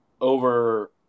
over –